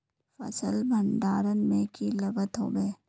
फसल भण्डारण में की लगत होबे?